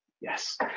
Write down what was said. yes